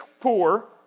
poor